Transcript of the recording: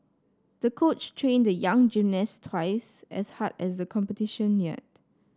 the coach trained the young gymnast twice as hard as the competition neared